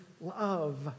love